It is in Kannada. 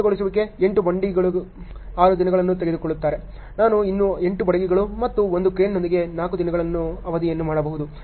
ಸ್ಥಗಿತಗೊಳಿಸುವಿಕೆ 8 ಬಡಗಿಗಳು 6 ದಿನಗಳನ್ನು ತೆಗೆದುಕೊಳ್ಳುತ್ತಾರೆ ನಾನು ಇನ್ನೂ 8 ಬಡಗಿಗಳು ಮತ್ತು 1 ಕ್ರೇನ್ನೊಂದಿಗೆ 4 ದಿನಗಳ ಅವಧಿಯನ್ನು ಮಾಡಬಹುದು